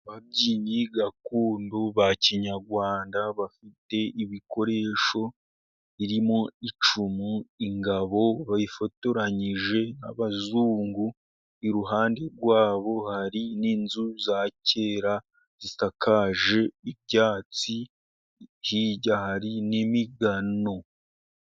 Ababyinnyi gakondo ba kinyarwanda, bafite ibikoresho birimo icumu, ingabo, bifotoranyije n'abazungu, iruhande rwabo, hari n'inzu za kera zisakaje ibyatsi, hirya hari n'imigano.